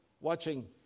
watching